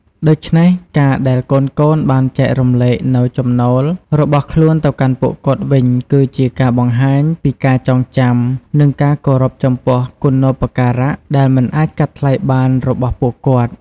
ដូច្នេះ ការដែលកូនៗបានចែករំលែកនូវចំណូលរបស់ខ្លួនទៅកាន់ពួកគាត់វិញ គឺជាការបង្ហាញពីការចងចាំ និងការគោរពចំពោះគុណូបការៈដែលមិនអាចកាត់ថ្លៃបានរបស់ពួកគាត់។